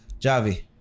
Javi